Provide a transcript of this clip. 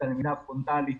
הפרונטאלית